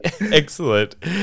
Excellent